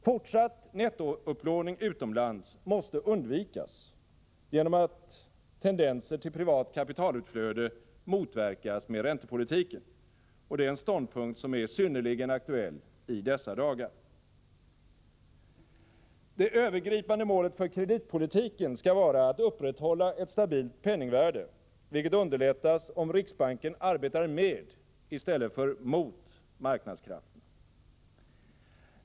Fortsatt nettoupplåning utomlands måste undvikas, genom att tendenser till privat kapitalutflöde motverkas med räntepolitiken. Det är en ståndpunkt som är synnerligen aktuell i dessa dagar. Det övergripande målet för kreditpolitiken skall vara att upprätthålla ett stabilt penningvärde, vilket underlättas om riksbanken arbetar med i stället för mot marknadskrafterna.